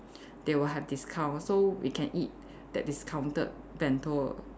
they will have discount so we can eat that discounted bento